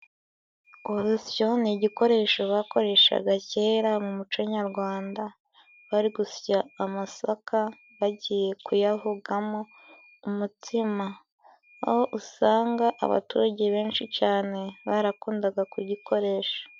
Urusyo ni igikoresho bakoreshaga kera mu muco nyarwanda, bari gusya amasaka bagiye kuyavugamo umutsima, aho usanga abaturage benshi cane barakundaga kugikoresha.